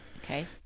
okay